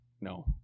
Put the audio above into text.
No